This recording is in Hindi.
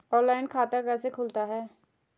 ऑनलाइन खाता कैसे खुलता है?